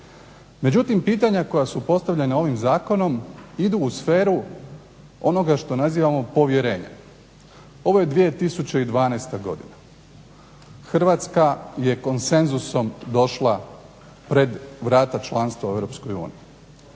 Međutim, pitanja koja su postavljena ovim Zakonom idu u sferu onoga što nazivamo povjerenje. Ovo je 2012. godina. Hrvatska je konsenzusom došla pred vrata članstva u